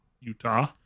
Utah